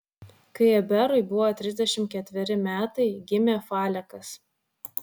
kai eberui buvo trisdešimt ketveri metai gimė falekas